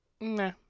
nah